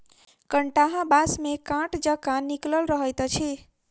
कंटहा बाँस मे काँट जकाँ निकलल रहैत अछि